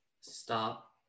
Stop